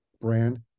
Brand